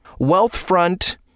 Wealthfront